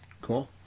Cool